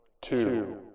two